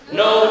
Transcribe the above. no